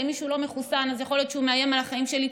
אם מישהו לא מחוסן אז יכול להיות שהוא מאיים על החיים שלי?